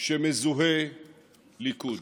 שמזוהה עם הליכוד.